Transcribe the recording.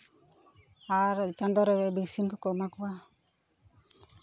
ᱟᱨ ᱪᱟᱸᱫᱚ ᱨᱮ ᱵᱷᱮᱠᱥᱤᱱ ᱠᱚᱠᱚ ᱮᱢᱟ ᱠᱚᱣᱟ